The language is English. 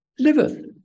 Liveth